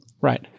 right